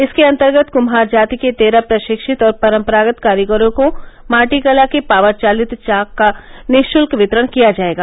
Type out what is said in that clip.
इसके अन्तर्गत कृम्हार जाति के तेरह प्रशिक्षित और परम्परागत कारीगरों को माटी कला के पावरचलित चाक का निशुल्क वितरण किया जायेगा